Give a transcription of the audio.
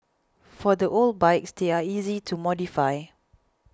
for the old bikes they're easy to modify